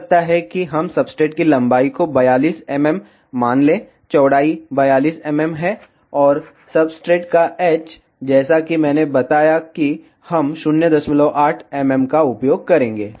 हो सकता है कि हम सब्सट्रेट की लंबाई को 42 mm मान लें चौड़ाई 42 mm है और सब्सट्रेट का h जैसा कि मैंने बताया कि हम 08 mm का उपयोग करेंगे